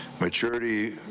maturity